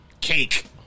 cake